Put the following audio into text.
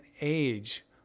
age